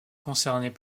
concernait